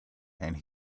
and